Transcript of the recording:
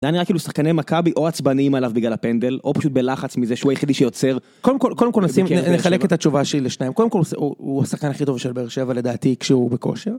זה היה נראה כאילו שחקני מכבי או עצבניים עליו בגלל הפנדל, או פשוט בלחץ מזה שהוא היחידי שיוצר. קודם כל נחלק את התשובה שלי לשניים. קודם כל הוא השחקן הכי טוב של באר שבע לדעתי כשהוא בכושר.